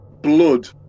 blood